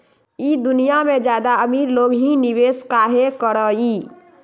ई दुनिया में ज्यादा अमीर लोग ही निवेस काहे करई?